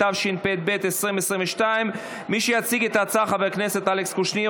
התשפ"ב 2022. מי שיציג את ההצעה הוא חבר הכנסת אלכס קושניר,